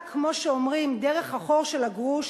רק, כמו שאומרים "דרך החור של הגרוש",